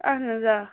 اَہَن حظ آ